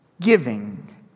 giving